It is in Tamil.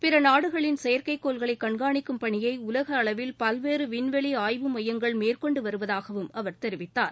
பிற நாடுகளின் செயற்கைக்கோள்களை கண்காணிக்கும் பணியை உலகளவில் பல்வேறு விண்வெளி ஆய்வு மையங்கள் மேற்கொண்டு வருவதாகவும் அவர் தெரிவித்தார்